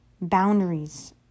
boundaries